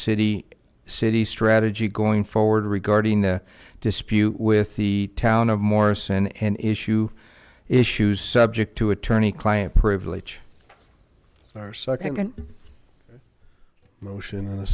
city city strategy going forward regarding the dispute with the town of morrison an issue issues subject to attorney client privilege or second motion in the